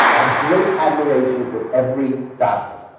ah great admiration for every doctor